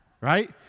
right